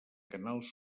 canals